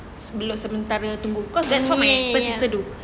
sebelum sementara tunggu cause that's what my first sister do